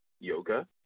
yoga